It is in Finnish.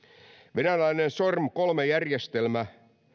venäläinen sorm kolme järjestelmä